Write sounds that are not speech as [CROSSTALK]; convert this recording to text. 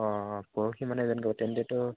অঁ পৰহি মানে [UNINTELLIGIBLE]